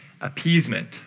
appeasement